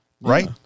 right